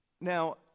Now